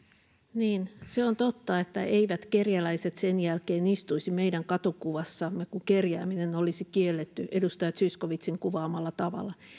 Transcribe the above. niin se on totta että eivät kerjäläiset sen jälkeen istuisi meidän katukuvassamme kun kerjääminen olisi kielletty edustaja zyskowiczin kuvaamalla tavalla